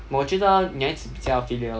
我觉得女孩子比较 filial